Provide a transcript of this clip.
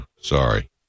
Sorry